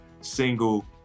single